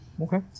Okay